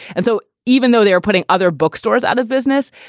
and so even though they are putting other bookstores out of business,